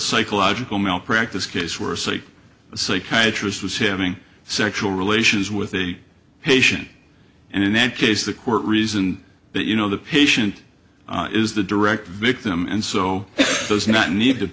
psychological malpractise case where say a psychiatrist was having sexual relations with a patient and in that case the court reasoned that you know the patient is the direct victim and so does not need to